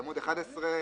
בעמ' 11,